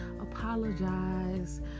apologize